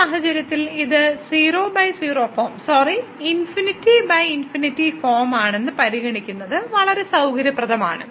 ഈ സാഹചര്യത്തിൽ ഇത് 00 ഫോം സോറി ∞∞ ഫോം ആണെന്ന് പരിഗണിക്കുന്നത് വളരെ സൌകര്യപ്രദമാണ്